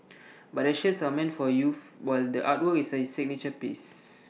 but the shirts are meant for youth while the artwork is A signature piece